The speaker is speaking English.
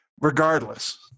regardless